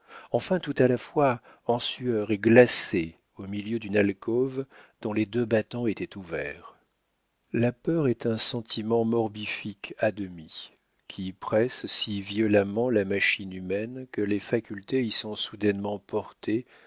enfin tout à la fois en sueur et glacée au milieu d'une alcôve dont les deux battants étaient ouverts la peur est un sentiment morbifique à demi qui presse si violemment la machine humaine que les facultés y sont soudainement portées